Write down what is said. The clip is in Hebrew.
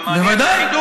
בוודאי.